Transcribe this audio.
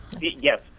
Yes